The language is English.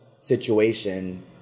situation